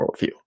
worldview